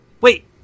wait